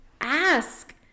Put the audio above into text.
Ask